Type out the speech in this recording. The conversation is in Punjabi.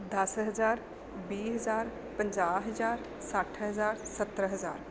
ਦਸ ਹਜ਼ਾਰ ਵੀਹ ਹਜ਼ਾਰ ਪੰਜਾਹ ਹਜ਼ਾਰ ਸੱਠ ਹਜ਼ਾਰ ਸੱਤਰ ਹਜ਼ਾਰ